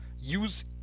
use